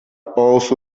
also